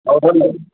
ହଉ good night